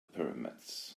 pyramids